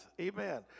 Amen